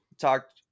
talked